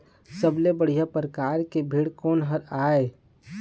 सबले बढ़िया परकार के भेड़ कोन हर ये?